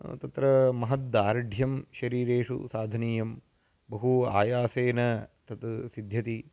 तत्र महद्दार्ढ्यं शरीरेषु साधनीयं बहु आयासेन तत् सिध्यति